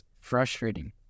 frustrating